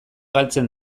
galtzen